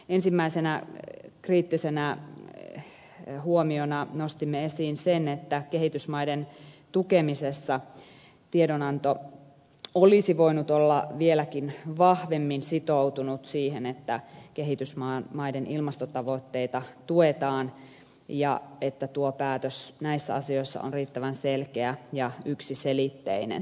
ensimmäisenä kriittisenä huomiona nostimme esiin sen että kehitysmaiden tukemisessa tiedonanto olisi voinut olla vieläkin vahvemmin sitoutunut siihen että kehitysmaiden ilmastotavoitteita tuetaan ja että tuo päätös näissä asioissa on riittävän selkeä ja yksiselitteinen